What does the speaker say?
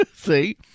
see